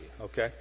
Okay